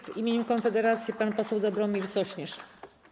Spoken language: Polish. W imieniu Konfederacji pan poseł Dobromir Sośnierz.